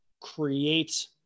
create